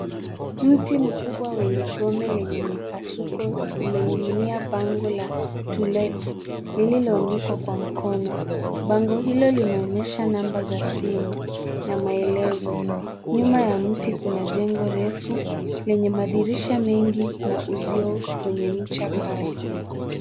Mti mkubwa wenye gome lenye mipasuko umening'inia bango la to let lililoandikwa kwa mkono. Bango hilo linaonyesha namba za simu na maelezo. Nyuma ya mti kuna jengo refu lenye madirisha mengi na uzio kwenye ncha kali.